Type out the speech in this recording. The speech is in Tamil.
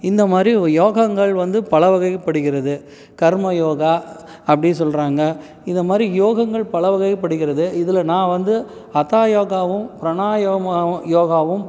இந்த மாதிரி யோகங்கள் வந்து பல வகைப்படுகிறது கர்ம யோகா அப்டின்னு சொல்கிறாங்க இதை மாதிரி யோகங்கள் பல வகைப்படுகிறது இதில் நான் வந்து ஹதா யோகாவும் பிராணா யோமா யோகாவும்